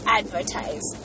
advertise